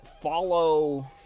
follow